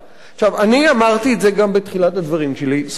אני אמרתי את זה גם בתחילת הדברים שלי: זכותה של